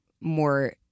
more